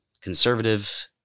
conservative